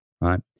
right